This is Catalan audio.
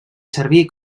servir